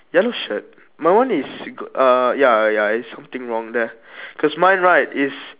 yellow shirt my one is uh ya ya it's something wrong there cause mine right is